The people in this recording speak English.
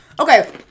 okay